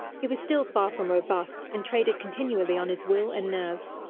he was still far from robust, and traded continually on his will and nerve.